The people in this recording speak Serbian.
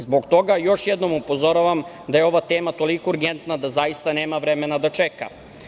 Zbog toga, još jednom upozoravam da je ova tema toliko urgentna da zaista nema vremena da čeka.